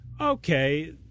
okay